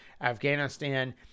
Afghanistan